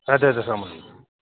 اَدٕ حظ السلام علیکُم